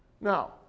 Now